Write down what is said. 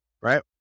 right